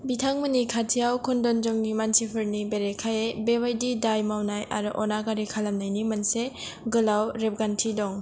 बिथांमोननि खाथियाव क'न्डनजंनि मानसिफोरनि बेरेखायै बेबायदि दाय मावनाय आरो अनागारि खालामनायनि मोनसे गोलाव रेबगान्थि दं